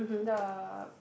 the